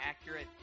accurate